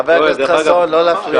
חבר הכנסת חסון, לא להפריע.